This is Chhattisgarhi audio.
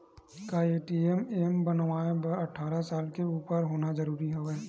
का ए.टी.एम बनवाय बर अट्ठारह साल के उपर होना जरूरी हवय?